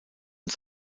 und